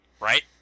Right